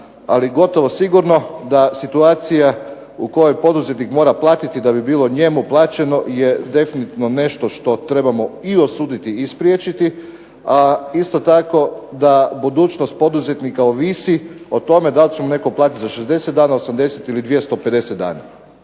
ali gotovo sigurno da situacija u kojoj poduzetnik mora platiti da bi bilo njemu plaćeno je definitivno nešto što trebamo i osuditi i spriječiti a isto tako da budućnost poduzetnika ovisi o tome da li će mu netko platiti za 60 dana, 80 ili 250 dana